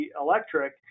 electric